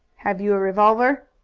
have you a revolver?